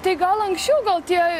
tai gal anksčiau gal tie